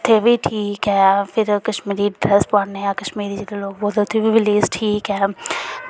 उ'त्थें बी ठीक ऐ फिर कश्मीरी ड्रेस पाने आं कश्मीरी जेह्के लोग ठीक ऐ